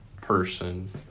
person